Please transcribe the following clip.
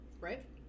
Right